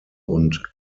und